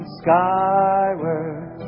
skyward